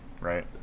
right